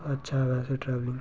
अच्छा ते अस ट्रैवलिंग